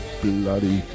bloody